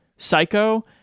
psycho